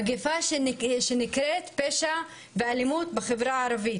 מגפה שנקראת פשע ואלימות בחברה הערבית.